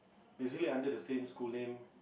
basically under the same school name